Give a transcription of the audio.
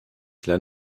der